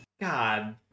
God